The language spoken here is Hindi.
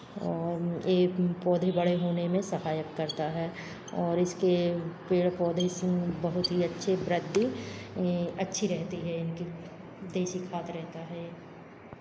और ये पौधे बड़े होने में सहायक करता है और इसके पेड़ पौधे इसमें बहुत ही अच्छे वृद्धि अच्छी रहती है इनकी देशी खाद रहता है